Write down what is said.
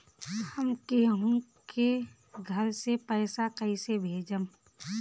हम केहु के घर से पैसा कैइसे भेजम?